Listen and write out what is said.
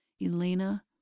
Elena